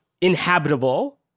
inhabitable